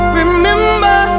remember